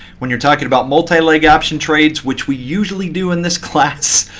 when you're talking about multi leg option trades, which we usually do in this class,